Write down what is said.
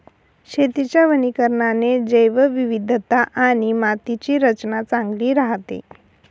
शेतीच्या वनीकरणाने जैवविविधता आणि मातीची रचना चांगली राहते